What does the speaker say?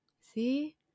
See